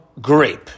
grape